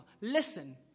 Listen